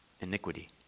iniquity